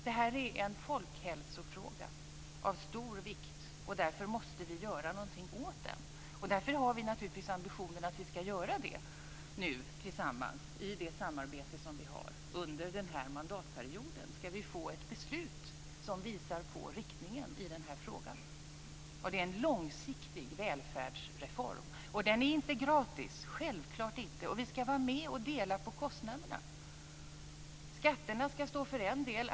Det här är en folkhälsofråga av stor vikt. Därför måste vi göra någonting åt detta. Vi har naturligtvis ambitionen att göra det nu tillsammans i det samarbete som vi har. Under den här mandatperioden ska vi få ett beslut som visar på riktningen i den här frågan. Det är en långsiktig välfärdsreform, och den är självklart inte gratis. Vi ska vara med och dela på kostnaderna. Skatterna ska stå för en del.